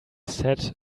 said